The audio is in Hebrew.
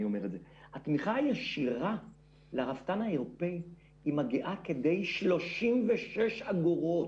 אומר את זה לרפתן האירופאי מגיעה כדי 36 אגורות.